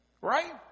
Right